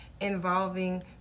involving